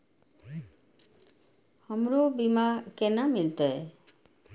हमरो बीमा केना मिलते?